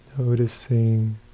Noticing